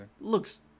looks